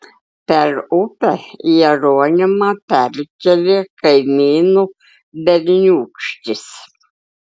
per upę jeronimą perkėlė kaimynų berniūkštis